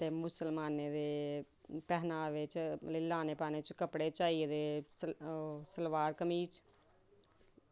ते मुस्लमाने दे पहनावे च लाने पाने च आई गेदे ओह् सलवार कमीज़